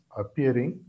appearing